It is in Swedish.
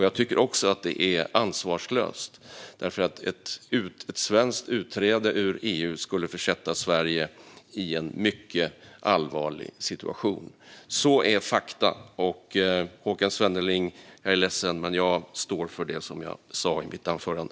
Jag tycker också att det är ansvarslöst, för ett svenskt utträde ur EU skulle försätta Sverige i en mycket allvarlig situation. Det är fakta. Jag är ledsen, Håkan Svenneling, men jag står för det som jag sa i mitt anförande.